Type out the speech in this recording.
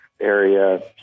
area